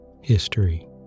History